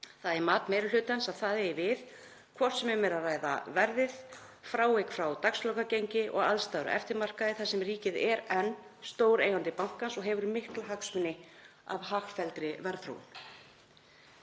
Það er mat meiri hlutans að það eigi við hvort sem um er að ræða verðið, frávik frá dagslokagengi og aðstæður á eftirmarkaði þar sem ríkið er enn stór eigandi bankans og hefur mikla hagsmuni af hagfelldri verðþróun.